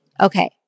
Okay